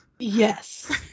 Yes